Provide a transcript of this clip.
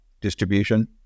distribution